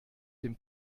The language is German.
dem